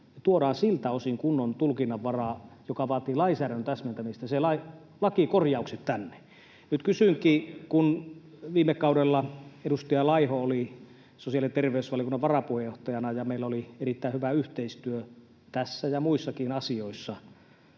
tuodaan siltä osin kunnon tulkinnanvaraa, joka vaatii lainsäädännön täsmentämistä ja lakikorjaukset tänne. [Timo Harakan välihuuto] Nyt kysynkin, että kun viime kaudella edustaja Laiho oli sosiaali- ja terveysvaliokunnan varapuheenjohtajana ja meillä oli erittäin hyvä yhteistyö tässä ja muissakin asioissa,